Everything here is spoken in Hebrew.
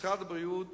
משרד הבריאות